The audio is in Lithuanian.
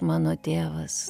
mano tėvas